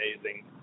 amazing